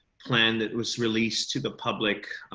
plan that was released to the public.